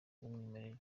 bw’umwimerere